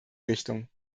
richtung